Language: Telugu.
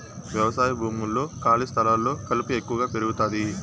వ్యవసాయ భూముల్లో, ఖాళీ స్థలాల్లో కలుపు ఎక్కువగా పెరుగుతాది